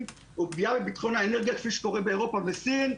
ופגיעה בביטחון האנרגיה כפי שקורה באירופה ובסין.